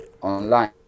Online